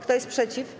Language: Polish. Kto jest przeciw?